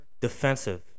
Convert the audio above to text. defensive